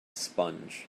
sponge